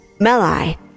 Melai